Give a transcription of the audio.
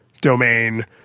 domain